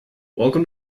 welcome